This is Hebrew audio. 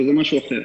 אבל זה משהו אחר.